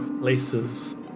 places